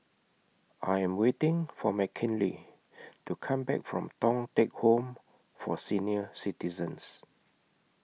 I Am waiting For Mckinley to Come Back from Thong Teck Home For Senior Citizens